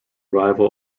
arrival